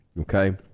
okay